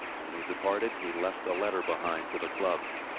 when he departed, he left a letter behind to the club